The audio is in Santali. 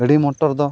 ᱜᱟᱹᱰᱤ ᱢᱚᱴᱚᱨ ᱫᱚ